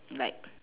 like